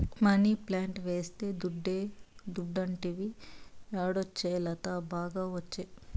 money plant వేస్తే దుడ్డే దుడ్డంటివి యాడొచ్చే లత, బాగా ఒచ్చే